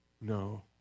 no